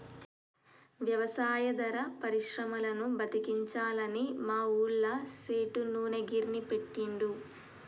వ్యవసాయాధార పరిశ్రమలను బతికించాలని మా ఊళ్ళ సేటు నూనె గిర్నీ పెట్టిండు